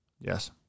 Yes